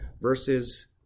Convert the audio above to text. verses